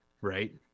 right